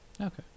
okay